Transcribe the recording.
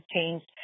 changed